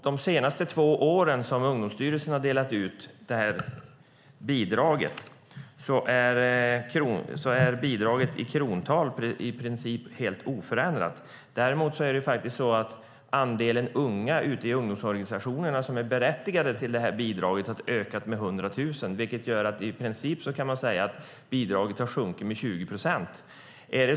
De senaste två åren som Ungdomsstyrelsen har delat ut bidraget är det i krontal i princip helt oförändrat. Däremot har den andel unga ute i ungdomsorganisationerna som är berättigade till bidraget ökat med 100 000, vilket gör att man i princip kan säga att bidraget har sjunkit med 20 procent.